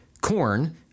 Corn